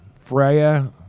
Freya